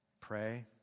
pray